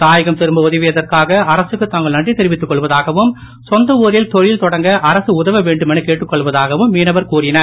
தாயகம் திரும்ப உதவியதற்காக அரசுக்கு தாங்கள் நன்றி தெரிவித்துக் கொள்வதாகவும் சொந்த ஊரில் தொழில் தொடங்க அரசு உதவவேண்டுமென கேட்டுக்கொள்வதாகவும் மீனவர் கூறினர்